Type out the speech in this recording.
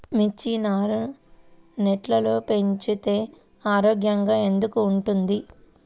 మిర్చి నారు నెట్లో పెంచితే ఆరోగ్యంగా ఎందుకు ఉంటుంది?